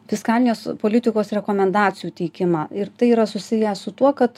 fiskalinės politikos rekomendacijų teikimą ir tai yra susiję su tuo kad